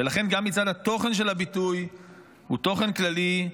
ולכן גם מצד התוכן של הביטוי הוא תוכן כללי,